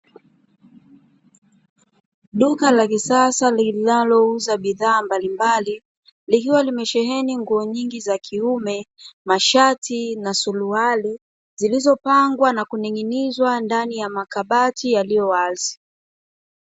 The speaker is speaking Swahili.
Duka la kisasa linalouza bidhaa mbalimbali, likiwa limesheheni nguo nyingi za kiume, mashati na suruali zilizopangwa na kuning'inizwa ndani ya makabati yaliyowazi.